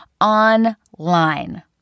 online